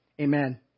Amen